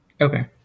Okay